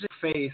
faith